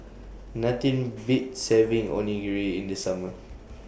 Nothing Beats having Onigiri in The Summer